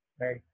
right